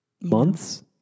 Months